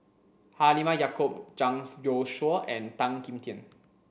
Halimah Yacob Zhang Youshuo and Tan Kim Tian